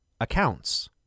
accounts